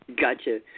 Gotcha